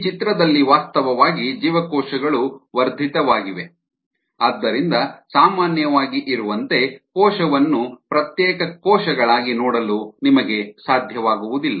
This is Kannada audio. ಈ ಚಿತ್ರದಲ್ಲಿ ವಾಸ್ತವವಾಗಿ ಜೀವಕೋಶಗಳು ವರ್ಧಿತವಾಗಿವೆ ಆದ್ದರಿಂದ ಸಾಮಾನ್ಯವಾಗಿ ಇರುವಂತೆ ಕೋಶವನ್ನು ಪ್ರತ್ಯೇಕ ಕೋಶಗಳಾಗಿ ನೋಡಲು ನಿಮಗೆ ಸಾಧ್ಯವಾಗುವುದಿಲ್ಲ